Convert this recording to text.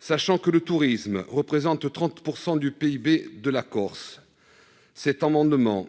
Sachant que le tourisme représente 30 % du PIB de la Corse, cet amendement